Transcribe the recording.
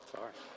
Sorry